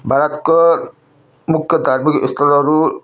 भारतको मुख्य धार्मिक स्थलहरू